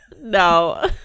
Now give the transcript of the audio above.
No